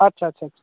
আচ্ছা আচ্ছা আচ্ছা